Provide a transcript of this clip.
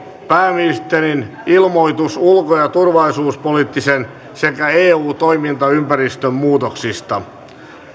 pääministerin ilmoitus ulko ja turvallisuuspoliittisen sekä eu toimintaympäristön muutoksista